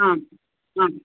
आम् आम्